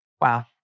Wow